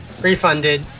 Refunded